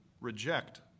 reject